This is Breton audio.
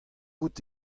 out